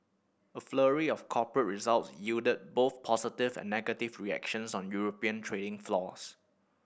a flurry of corporate result yielded both positive and negative reactions on European trading floors